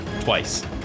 twice